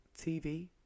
TV